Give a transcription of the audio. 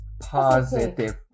Positive